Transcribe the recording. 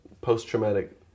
post-traumatic